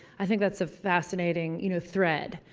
i think that's a fascinating, you know, thread.